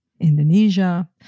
Indonesia